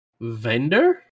Vendor